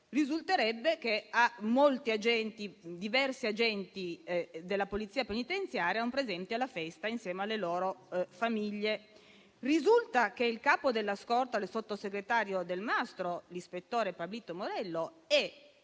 risulterebbe che diversi agenti della Polizia penitenziaria erano presenti alla festa insieme alle loro famiglie. Risulta che il capo della scorta, l'ispettore capo Pablito Morello,